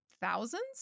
thousands